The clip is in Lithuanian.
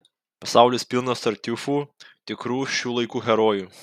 pasaulis pilnas tartiufų tikrų šių laikų herojų